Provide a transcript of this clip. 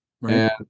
Right